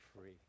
free